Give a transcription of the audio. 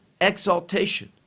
exaltation